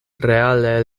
reale